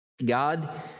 God